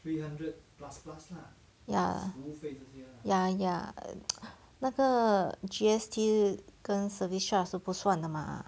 ya ya ya 那个 G_S_T 跟 service charge 是不算的 mah